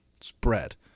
spread